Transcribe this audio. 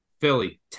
Philly